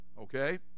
okay